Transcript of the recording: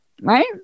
right